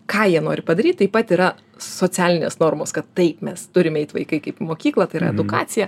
ką jie nori padaryt taip pat yra socialinės normos kad taip mes turim eit vaikai kaip į mokyklą tai yra edukacija